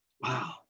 Wow